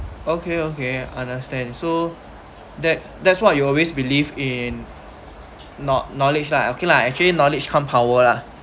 okay okay understand so that that's what you always believe in know~~ knowledge lah okay lah actually knowledge come power lah